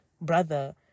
brother